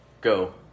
Go